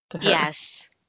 yes